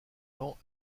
lent